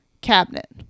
cabinet